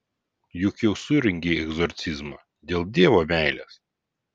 juk jau surengei egzorcizmą dėl dievo meilės